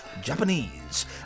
Japanese